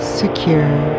secure